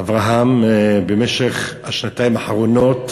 אברהם במשך השנתיים האחרונות,